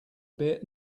bit